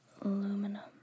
aluminum